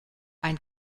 ein